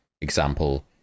example